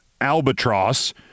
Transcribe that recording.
Albatross